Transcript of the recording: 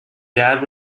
dad